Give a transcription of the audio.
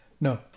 No